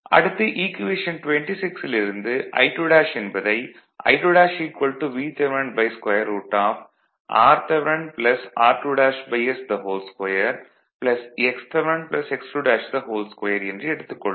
அடுத்து ஈக்குவேஷன் 26 ல் இருந்து I2 என்பதை I2 Vth √ rth r2s2 xthx22 என்று எடுத்துக் கொள்வோம்